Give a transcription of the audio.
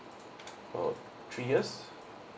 oh three years